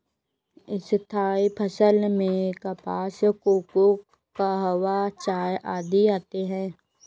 स्थायी फसल में कपास, कोको, कहवा, चाय आदि आते हैं